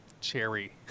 cherry